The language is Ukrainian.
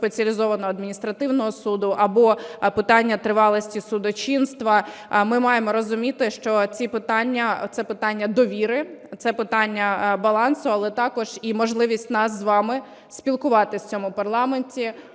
спеціалізованого адміністративного суду, або питання тривалості судочинства, ми маємо розуміти, що це питання довіри, це питання балансу, але також і можливість нам з вами спілкуватись у цьому парламенті,